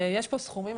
יש פה סכומים,